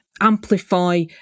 Amplify